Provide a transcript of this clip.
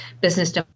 business